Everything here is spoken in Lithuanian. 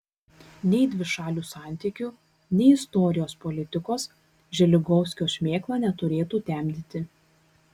nei dvišalių santykių nei istorijos politikos želigovskio šmėkla neturėtų temdyti